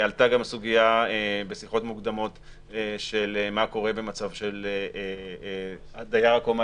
עלתה בשיחות מוקדמות גם הסוגיה של מה קורה במצב של הדייר בקומה